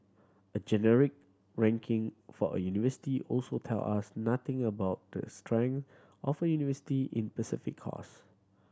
a generic ranking for a university also tell us nothing about the strength of university in course